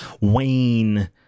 Wayne